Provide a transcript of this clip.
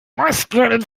muskeln